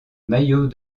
maillot